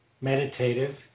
meditative